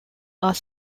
are